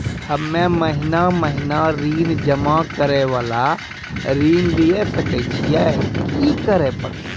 हम्मे महीना महीना ऋण जमा करे वाला ऋण लिये सकय छियै, की करे परतै?